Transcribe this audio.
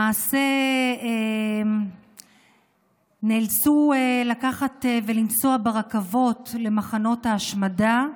למעשה הם נאלצו לנסוע ברכבות למחנות ההשמדה,